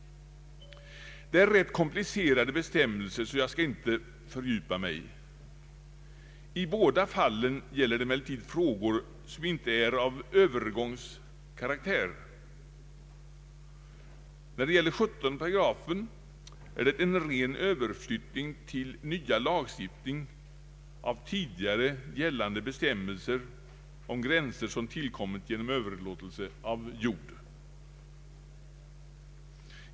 Det är rätt komplicerade bestämmelser, så jag skall inte fördjupa mig i det. I båda fallen gäller det emellertid frågor som inte är av övergångskaraktär. Beträffande 17 § är det en ren överflyttning till den nya lagstiftningen av tidigare gällande bestämmelser om gränser som tillkommit genom överlåtelse av jord.